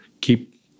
Keep